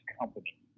company